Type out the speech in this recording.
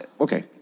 okay